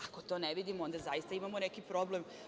Ako to ne vidimo, onda zaista imamo neki problem.